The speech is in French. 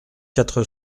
quatre